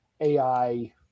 AI